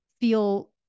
feel